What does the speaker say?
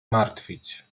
martwić